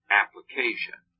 application